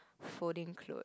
folding clothe